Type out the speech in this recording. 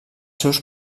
seus